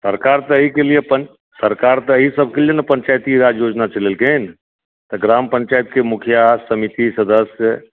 सरकार तऽ एहिके लिए अपन सरकार तऽ एहि सभके लेल ने पञ्चायती राज योजना चलेलखिन तऽ ग्राम पञ्चायतके मुखिया समिति सदस्य